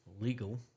Legal